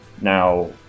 Now